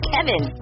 Kevin